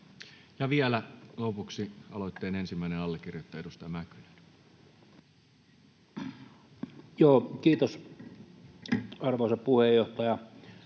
vielä lopuksi aloitteen ensimmäinen allekirjoittaja, edustaja Mäkynen. [Speech